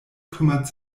kümmert